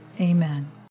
Amen